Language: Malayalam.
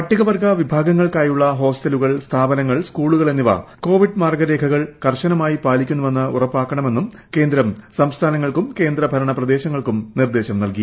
പട്ടിക വർഗ്ഗ വിഭാഗങ്ങൾക്കായുള്ള ഹോസ്റ്റലുകൾ സ്ഥാപനങ്ങൾ സ്കൂളുകൾ എന്നിവ കോവിഡ് മാർഗ്ഗരേഖകൾ കർശനമായി പാലിക്കുന്നുവെന്ന് ഉറപ്പാക്കണമെന്നും കേന്ദ്രം സംസ്ഥാനങ്ങൾക്കും കേന്ദ്ര ഭരണ പ്രദേശങ്ങൾക്കും നിർദ്ദേശം നൽകി